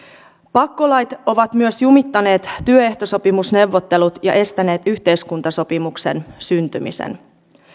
pakkolait ovat myös jumittaneet työehtosopimusneuvottelut ja estäneet yhteiskuntasopimuksen syntymisen